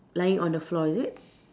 lying on the floor is it